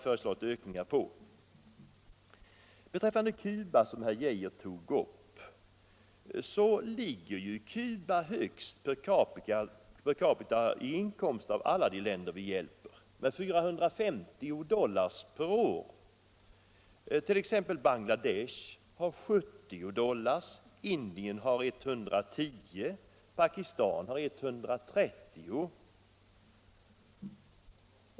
Cuba, som herr Arne Geijer tog upp, ligger högst i fråga om inkomst per capita av alla de länder vi hjälper, med 450 dollar per år, medan Bangladesh har 70 dollar, Indien 110 och Pakistan 130.